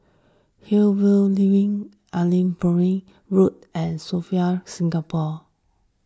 Hillview Link Allanbrooke Road and Sofitel Singapore